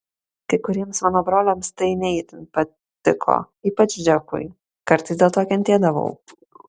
kai kuriems mano broliams tai ne itin patiko ypač džekui kartais dėl to kentėdavau